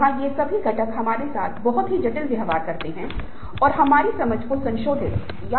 यह उन अवसरों और खतरों के बारे में भी बोलता है जो सूक्ष्म वातावरण में उपलब्ध हैं उदाहरण के लिए कहते हैं आप एक अच्छे शोधकर्ता बनना चाहते हैं